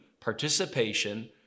participation